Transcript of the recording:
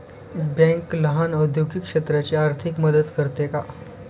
Bank लहान औद्योगिक क्षेत्राची आर्थिक मदत करते का?